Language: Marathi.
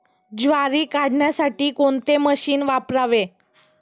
ज्वारी काढण्यासाठी कोणते मशीन वापरावे?